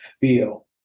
feel